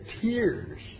tears